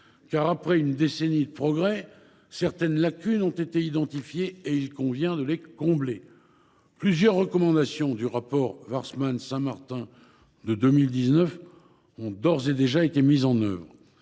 Car après une décennie de progrès, certaines lacunes ont été identifiées, qu’il convient de combler. Plusieurs recommandations du rapport de MM. Warsmann et Saint Martin de 2019 ont d’ores et déjà été mises en œuvre.